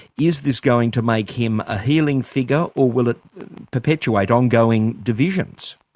is this going to make him a healing figure or will it perpetuate ongoing divisions?